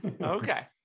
okay